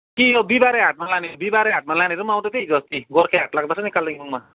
कि यो बिहीबारे हाटमा लाने बिहीबारे हाटमा लानेहरू पनि आउँदै थियो है हिजोअस्ति गोर्खे हाट लाग्दोरहेछ नि कालिम्पोङमा